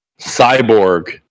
Cyborg